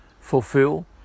fulfill